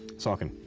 saucon.